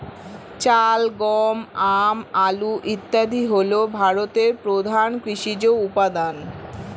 চাল, গম, আম, আলু ইত্যাদি হল ভারতের প্রধান কৃষিজ উপাদান